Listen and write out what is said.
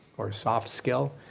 or a soft skill,